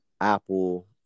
Apple